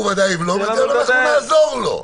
הוא בוודאי יבלום את זה אבל אנחנו נעזור לו.